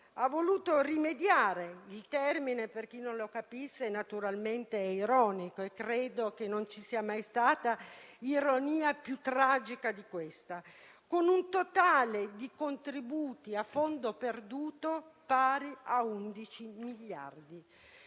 ha voluto "rimediare" - il termine, per chi non lo capisse, naturalmente è ironico e credo che non ci sia mai stata ironia più tragica di questa - con un totale di contributi a fondo perduto pari a 11 miliardi